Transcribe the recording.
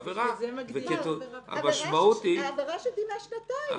-- ששם ההרשעה טרם התיישנה.